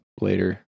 later